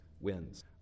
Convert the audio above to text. wins